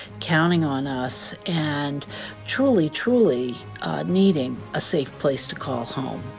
counting on us, and truly, truly needing a safe place to call home.